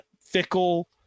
fickle